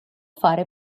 fare